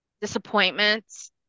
disappointments